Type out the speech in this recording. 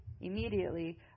Immediately